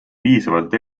piisavalt